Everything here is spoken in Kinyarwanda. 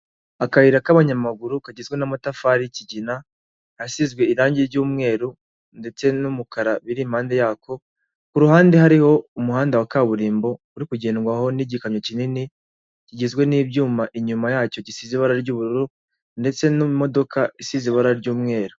Akayira k'abanyamaguru kagizwe n'amatafari y'ikigina asizwe irangi ry'umweru ndetse n'umukara, biri impande yako ku ruhande hariho umuhanda wa kaburimbo, uri kugendwaho n'igikamyo kinini kigizwe n'ibyuma inyuma yacyo gisize ibara ry'ubururu ndetse n'imodoka isize ibara ry'umweru.